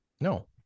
No